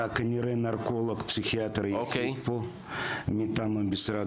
כנראה הנרקולוג הפסיכיאטר היחיד פה שיושב פה מטעם משרד